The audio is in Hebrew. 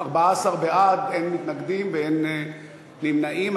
14 בעד, אין מתנגדים ואין נמנעים.